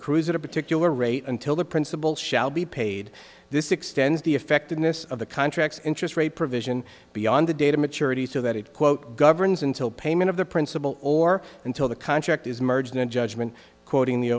accrues at a particular rate until the principal shall be paid this extends the effectiveness of the contracts interest rate provision beyond the data maturity so that it quote governs until payment of the principle or until the contract is merged in judgment quoting the